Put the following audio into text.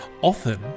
often